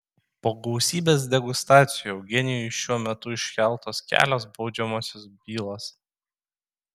po gausybės degustacijų eugenijui šiuo metu iškeltos kelios baudžiamosios bylos